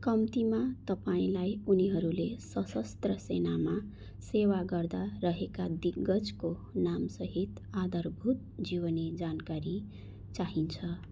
कम्तीमा तपाईँँलाई उनीहरूले सशस्त्र सेनामा सेवा गर्दा रहेका दिग्गजको नामसहित आधारभूत जीवनी जानकारी चाहिन्छ